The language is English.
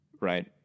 right